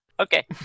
Okay